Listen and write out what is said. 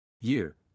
Year